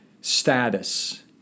status